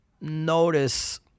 notice